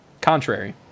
Contrary